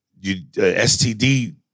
STD